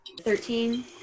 Thirteen